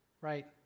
Right